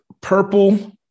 Purple